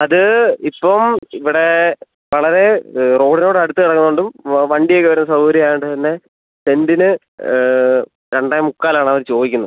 അത് ഇപ്പം ഇവിടെ വളരെ റോഡിനോട് അടുത്ത് കിടക്കുന്നതുകൊണ്ടും വണ്ടി ഒക്കെ വരും സൗകര്യം ആയതുകൊണ്ട് തന്നെ സെൻറ്റിന് രണ്ടേ മുക്കാൽ ആണ് അവർ ചോദിക്കുന്നത്